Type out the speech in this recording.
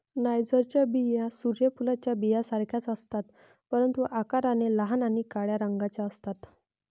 नायजरच्या बिया सूर्य फुलाच्या बियांसारख्याच असतात, परंतु आकाराने लहान आणि काळ्या रंगाच्या असतात